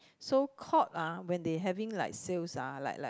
so Court ah when they having like sales ah like like